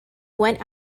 went